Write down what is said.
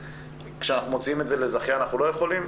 שכשאנחנו מוציאים את זה לזכיין אנחנו לא יכולים,